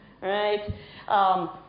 Right